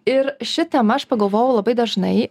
ir ši tema aš pagalvojau labai dažnai